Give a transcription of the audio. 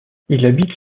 habite